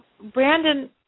Brandon